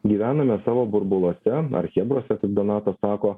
gyvename tavo burbuluose ar chebros kaip donatas sako